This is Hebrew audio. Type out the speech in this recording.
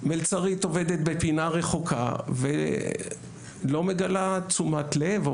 מלצרית עומדת בפינה רחוקה ולא מגלה תשומת לב,